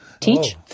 teach